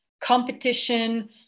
competition